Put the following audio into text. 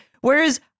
Whereas